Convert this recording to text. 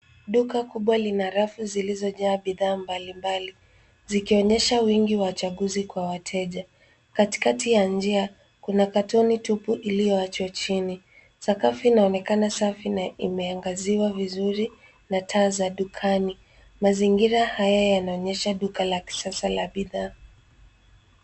Duka kubwa lina rafu zilizojaa bidhaa mbalimbali, zikionyesha wingi wa chaguzi kwa wateja. Katikati ya njia, kuna katoni tupu iliyoachwa chini. Sakafu inaonekana safi na imeangaziwa vizuri na taa za dukani. Mazingira haya yanaonyesha duka la kisasa la bidhaa.